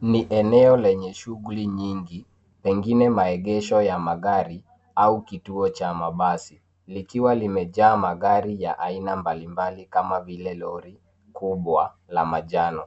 Ni eneo lenye shughuli nyingi, pengine maegesho ya magari au kituo cha mabasi, likiwa limejaa magari ya aina mbalimbali, kama vile lori kubwa la manjano.